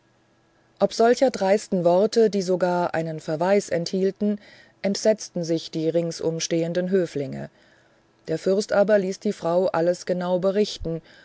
ob solcher dreisten worte die sogar einen verweis enthielten entsetzten sich die ringsum stehenden höflinge der fürst aber hieß die frau alles genau berichten